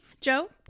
Joe